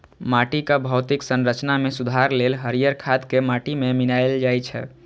माटिक भौतिक संरचना मे सुधार लेल हरियर खाद कें माटि मे मिलाएल जाइ छै